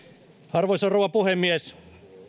arvoisa rouva puhemies